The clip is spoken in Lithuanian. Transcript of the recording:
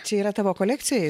čia yra tavo kolekcijoj jis